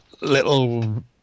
little